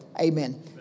Amen